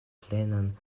plenan